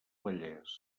vallès